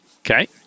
Okay